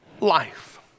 life